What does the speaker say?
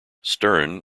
stern